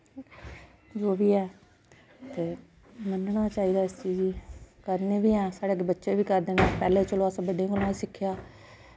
जो बी ऐ ते मनना चाहिदा इस चीज गी करने बी ऐं साढ़े अग्गे बच्चे बी करदे नै पैह्नें त चलो असें बड्डें कोला गै सिक्खेआ